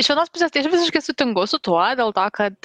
iš vienos pusės tai aš visiškai sutinku su tuo dėl to kad